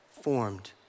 formed